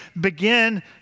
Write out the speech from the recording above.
begin